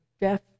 death